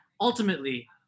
ultimately